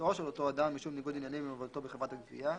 במקצועו של אותו אדם משום ניגוד עניינים עם עבודתו בחברת הגבייה,